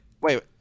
Wait